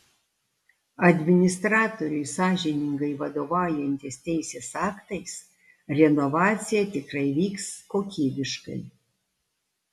administratoriui sąžiningai vadovaujantis teisės aktais renovacija tikrai vyks kokybiškai